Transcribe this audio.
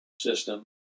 system